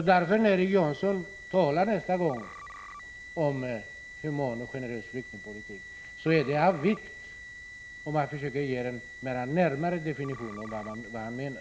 När Erik Janson nästa gång talar om human och generös flyktingpolitik är det därför av vikt att han försöker ge en närmare definition av vad han menar.